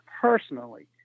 personally